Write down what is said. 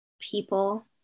people